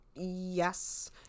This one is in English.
Yes